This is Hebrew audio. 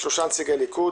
שלושה נציגי ליכוד,